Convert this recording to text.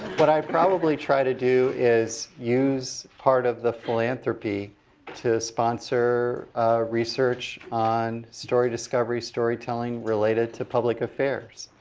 what i'd probably try to do is use part of the philanthropy to sponsor research on story discovery, storytelling related to public affairs.